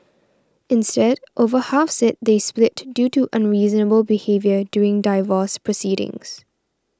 instead over half said they split due to unreasonable behaviour during divorce proceedings